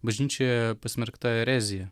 bažnyčioje pasmerkta erezija